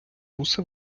вуса